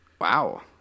Wow